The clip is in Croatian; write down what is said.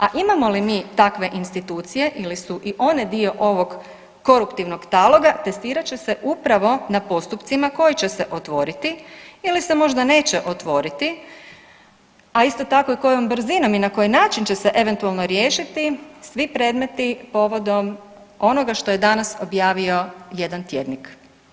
A imamo li mi takve institucije ili su i one dio ovog koruptivnog taloga, testirat će se upravo na postupcima koji će se otvoriti ili se možda neće otvoriti, a isto tako i kojom brzinom i na koji način će se eventualno riješiti svi predmeti povodom onoga što je danas objavio jedan tjednik.